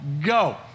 go